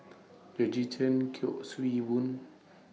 Georgette Chen Kuik Swee Boon